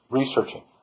researching